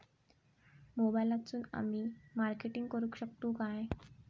मोबाईलातसून आमी मार्केटिंग करूक शकतू काय?